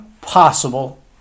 possible